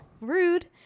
Rude